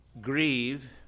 grieve